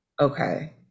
okay